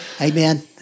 Amen